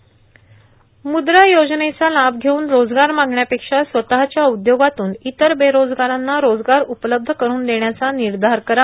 म्द्रा योजनेचा लाभ घेवून रोजगार मागण्यापेक्षा स्वतच्या उद्योगातून इतर बेरोजगारांना रोजगार उपलब्ध करुन देण्याचा निर्धार करा